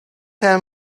tell